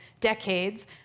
decades